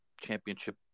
championship